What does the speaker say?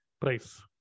price